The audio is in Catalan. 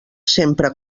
sempre